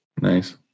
Nice